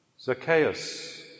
Zacchaeus